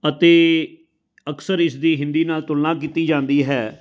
ਅਤੇ ਅਕਸਰ ਇਸਦੀ ਹਿੰਦੀ ਨਾਲ ਤੁਲਨਾ ਕੀਤੀ ਜਾਂਦੀ ਹੈ